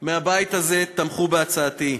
מהבית הזה תמכו בהצעתי,